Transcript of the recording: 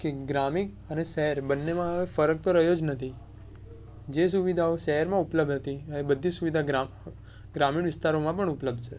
કે ગ્રામીણ અને શહેર બંનેમાં ફરક તો રહ્યો જ નથી જે સુવિધાઓ શહેરમાં ઉપલબ્ધ હતી એ બધી સુવિધા ગ્રામીણ વિસ્તારોમાં પણ ઉપલબ્ધ છે